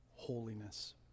holiness